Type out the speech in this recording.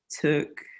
took